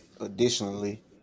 additionally